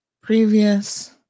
Previous